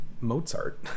Mozart